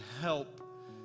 help